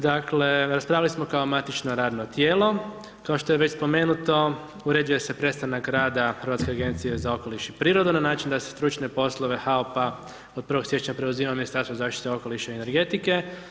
Dakle, raspravili smo kao matično radno tijelo, kao što je već spomenuto uređuje se prestanak rada Hrvatske agencije za okoliš i prirodu, na način da se stručne poslove HAUP-a od 1.1. preuzima Ministarstvo zaštite okoliša i energetike.